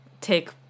take